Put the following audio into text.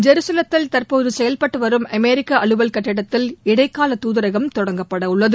ஜெருசலத்தில் தற்போது செயல்பட்டு வரும் அமெரிக்க அலுவல் கட்டிடத்தில் இடைக்கால தூதரகம் தொடங்கப்படவுள்ளது